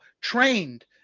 trained